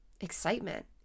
excitement